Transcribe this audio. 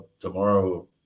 tomorrow